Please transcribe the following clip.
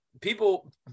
people